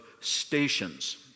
stations